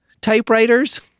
typewriters